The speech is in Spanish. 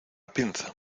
pinza